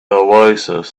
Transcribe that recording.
oasis